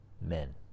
men